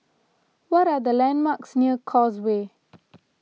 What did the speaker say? what are the landmarks near Causeway